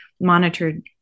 monitored